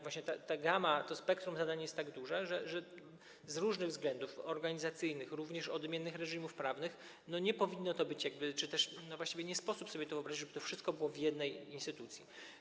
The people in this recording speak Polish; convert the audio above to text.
Właśnie ta gama, to spektrum zadań jest tak duże, że z różnych względów organizacyjnych, również z powodu odmiennych reżimów prawnych, nie powinno to być czy też właściwie nie sposób sobie wyobrazić, żeby to wszystko było w jednej instytucji.